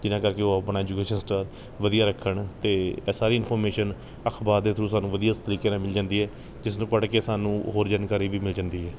ਜਿਹਨਾਂ ਕਰਕੇ ਉਹ ਆਪਣਾ ਐਜੂਕੇਸ਼ਨ ਸਿਸਟਮ ਵਧੀਆ ਰੱਖਣ ਅਤੇ ਇਹ ਸਾਰੀ ਇਨਫੋਰਮੇਸ਼ਨ ਅਖਬਾਰ ਦੇ ਥਰੂ ਸਾਨੂੰ ਵਧੀਆ ਤਰੀਕੇ ਨਾਲ ਮਿਲ ਜਾਂਦੀ ਹੈ ਜਿਸ ਨੂੰ ਪੜ੍ਹ ਕੇ ਸਾਨੂੰ ਹੋਰ ਜਾਣਕਾਰੀ ਵੀ ਮਿਲ ਜਾਂਦੀ ਹੈ